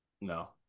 No